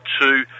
two